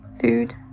food